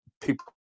people